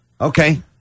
Okay